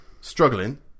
struggling